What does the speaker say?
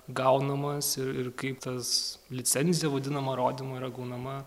gaunamas ir kaip tas licenzija vadinama rodymo yra gaunama